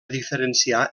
diferenciar